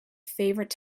favorite